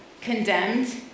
condemned